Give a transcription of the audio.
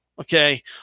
Okay